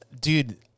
dude